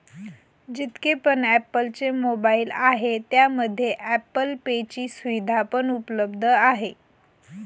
जितके पण ॲप्पल चे मोबाईल आहे त्यामध्ये ॲप्पल पे ची सुविधा पण उपलब्ध आहे